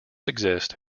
exist